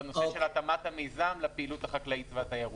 או בנושא של התאמת המיזם לפעילות החקלאית והתיירותית?